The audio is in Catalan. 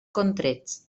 contrets